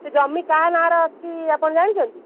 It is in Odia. ସେ ଜମି କାହା ନାଁରେ ଅଛି ଆପଣ ଜାଣିଚ୍ଛନ୍ତି